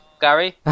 Gary